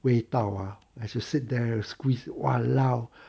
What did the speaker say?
味道啊还是 sit there squeezed !walao!